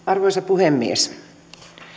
arvoisa puhemies